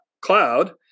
cloud